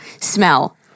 smell